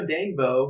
Dangbo